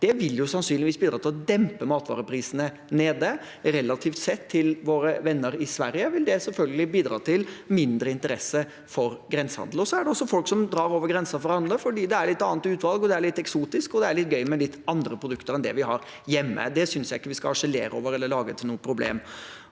mat, vil sannsynligvis bidra til å dempe matvareprisene. Sett relativt til våre venner i Sverige vil det selvfølgelig bidra til mindre interesse for grensehandel. Det er også folk som drar over grensen for å handle fordi det er et litt annet utvalg der, det er litt eksotisk, og det er gøy med litt andre produkter enn det vi har hjemme. Det synes jeg ikke vi skal harselere over eller gjøre til noe problem.